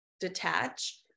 detach